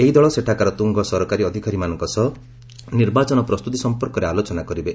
ଏହି ଦଳ ସେଠାକାର ତୁଙ୍ଗ ସରକାରୀ ଅଧିକାରୀମାନଙ୍କ ସହ ନିର୍ବାଚନ ପ୍ରସ୍ତୁତି ସମ୍ପର୍କରେ ଆଲୋଚନା କରିବେ